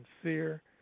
sincere